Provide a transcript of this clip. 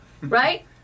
right